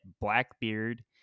Blackbeard